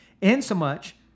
insomuch